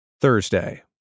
Thursday